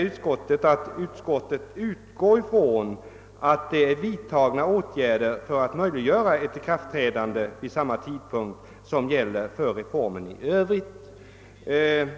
Utskottet utgår från att åtgärder har vidtagits för att möjliggöra ett ikraftträdande vid samma tidpunkt som gäller för reformen i övrigt.